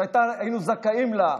שהיינו זכאים לה,